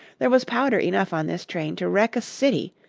there was powder enough on this train to wreck a city,